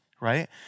right